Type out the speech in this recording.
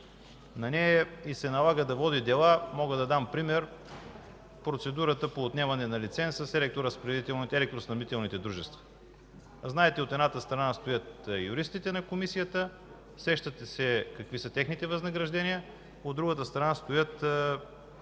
На нея й се налага да води дела. Мога да дам пример с процедурата по отнемане на лиценз с електроснабдителните дружества. Знаете, от едната страна стоят юристите на Комисията – сещате се какви са техните възнаграждения, от другата страна стоят